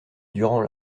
durant